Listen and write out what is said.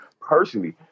personally